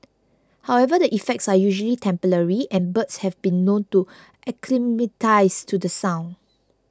however the effects are usually temporary and birds have been known to acclimatise to the sound